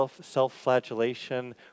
self-flagellation